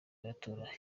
y’amatora